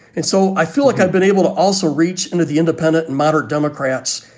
and so i feel like i've been able to also reach into the independent and moderate democrats.